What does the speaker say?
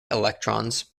electrons